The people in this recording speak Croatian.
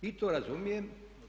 I to razumijem.